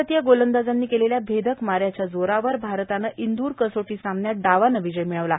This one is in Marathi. भारतीय गोलंदाजांनी केलेल्या भेदक माऱ्याच्या जोरावर भारताने इंदूर कसोटी सामन्यात डावाने विजय मिळवला आहे